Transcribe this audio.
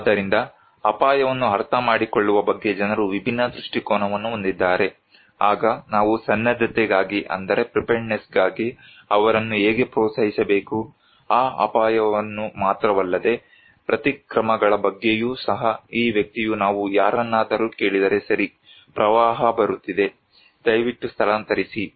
ಆದ್ದರಿಂದ ಅಪಾಯವನ್ನು ಅರ್ಥಮಾಡಿಕೊಳ್ಳುವ ಬಗ್ಗೆ ಜನರು ವಿಭಿನ್ನ ದೃಷ್ಟಿಕೋನವನ್ನು ಹೊಂದಿದ್ದಾರೆ ಆಗ ನಾವು ಸನ್ನದ್ಧತೆಗಾಗಿ ಅವರನ್ನು ಹೇಗೆ ಪ್ರೋತ್ಸಾಹಿಸಬೇಕು ಆ ಅಪಾಯವನ್ನು ಮಾತ್ರವಲ್ಲದೆ ಪ್ರತಿಕ್ರಮಗಳ ಬಗ್ಗೆಯೂ ಸಹ ಈ ವ್ಯಕ್ತಿಯು ನಾವು ಯಾರನ್ನಾದರೂ ಕೇಳಿದರೆ ಸರಿ ಪ್ರವಾಹ ಬರುತ್ತಿದೆ ದಯವಿಟ್ಟು ಸ್ಥಳಾಂತರಿಸಿ